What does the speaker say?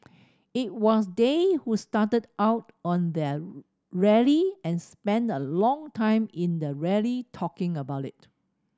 it was they who started out on their rally and spent a long time in the rally talking about it